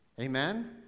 Amen